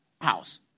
house